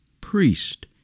PRIEST